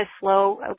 slow